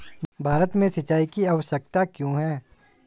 भारत में सिंचाई की आवश्यकता क्यों है?